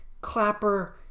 Clapper